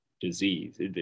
disease